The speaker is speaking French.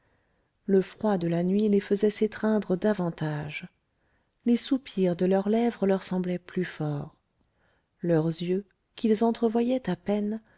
le froid de la nuit les faisait s'étreindre davantage les soupirs de leurs lèvres leur semblaient plus forts leurs yeux qu'ils entrevoyaient à peine